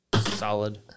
solid